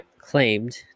claimed